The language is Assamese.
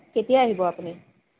কেতিয়া আহিব আপুনি